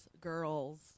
girls